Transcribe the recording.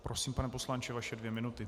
Prosím, pane poslanče, vaše dvě minuty.